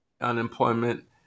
unemployment